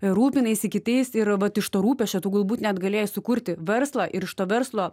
rūpinaisi kitais ir vat iš to rūpesčio tu galbūt net galėjai sukurti verslą ir iš to verslo